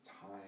time